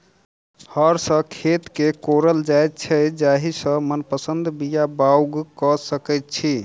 हर सॅ खेत के कोड़ल जाइत छै जाहि सॅ मनपसंद बीया बाउग क सकैत छी